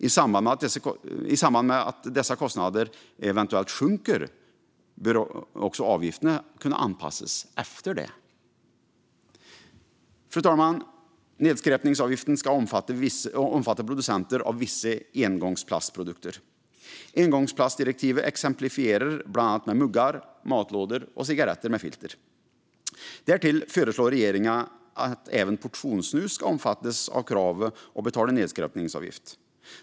I samband med att dessa kostnader eventuellt sjunker bör också avgifterna kunna anpassas efter det. Fru talman! Nedskräpningsavgiften ska omfatta producenter av vissa engångsplastprodukter. Engångsplastdirektivet exemplifierar bland annat med muggar, matlådor och cigaretter med filter. Därtill föreslår regeringen att även portionssnus ska omfattas av kravet att betala nedskräpningsavgift.